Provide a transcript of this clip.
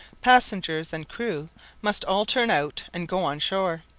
passengers and crew must all turn out and go on shore,